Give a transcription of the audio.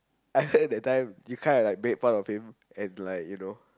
I heard that time you kind of like maybe of him and like you know